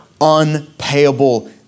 unpayable